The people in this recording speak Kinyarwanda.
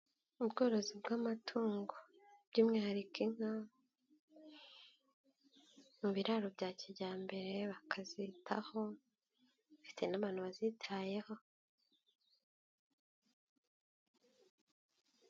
Ubworozi bw’amatungo, by'umwihariko inka, mu biraro bya kijyambere, bakazitaho bafite n'abantu bazitayeho.